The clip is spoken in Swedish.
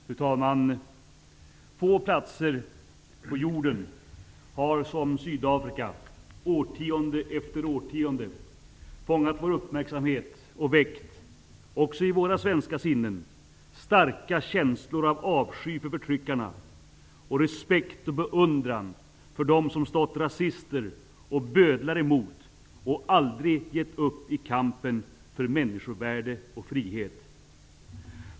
Fru talman! Få platser på jorden har som Sydafrika, årtionde efter årtionde, fångat vår uppmärksamhet och väckt -- också i våra svenska sinnen -- starka känslor av avsky för förtryckarna och respekt och beundran för dem som stått rasister och bödlar emot och aldrig gett upp i kampen för människovärde och frihet!